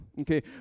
Okay